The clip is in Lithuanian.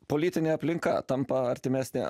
politinė aplinka tampa artimesnė